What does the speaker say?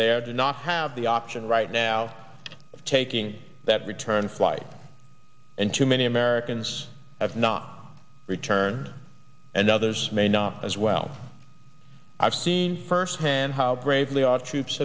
there did not have the option right now of taking that return flight and too many americans have not returned and others may not as well i've seen firsthand how bravely our troops